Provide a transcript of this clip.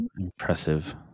impressive